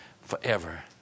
forever